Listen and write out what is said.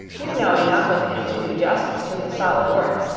you know enough of him to do justice to his solid worth.